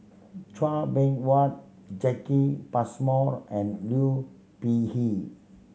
Chua Beng Huat Jacki Passmore and Liu Peihe